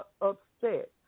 upset